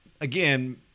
again